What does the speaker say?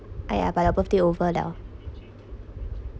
!aiya! but your birthday over liao